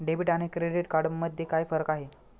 Debit आणि credit card मध्ये काय फरक आहे?